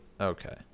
Okay